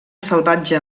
salvatge